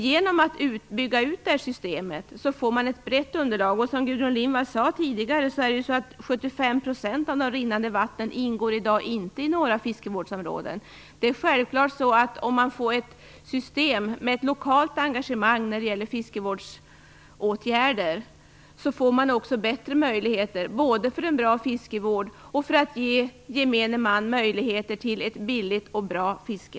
Genom att bygga ut det här systemet får man ett brett underlag, och som Gudrun Lindvall tidigare sade ingår 75 % av de rinnande vattnen i dag inte i några fiskevårdsområden. Det är självklart att om man får ett system med ett lokalt engagemang när det gäller fiskevårdsåtgärder får man också bättre möjligheter till en bra fiskevård. Det blir också lättare att ge gemene man möjligheter till ett billigt och bra fiske.